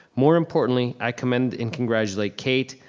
more importantly, i commend and congratulate kate,